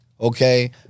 Okay